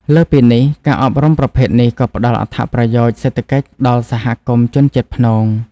លើសពីនេះ ការអប់រំប្រភេទនេះក៏ផ្តល់អត្ថប្រយោជន៍សេដ្ឋកិច្ចដល់សហគមន៍ជនជាតិព្នង។